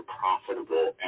profitable